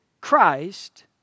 Christ